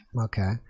Okay